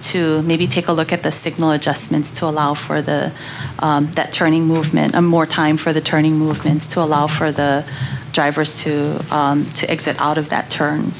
to maybe take a look at the signal adjustments to allow for the that turning movement a more time for the turning movements to allow for the drivers to to exit out of that turn